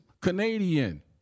Canadian